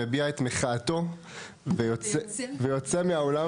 מביע את מחאתו ויוצא מהאולם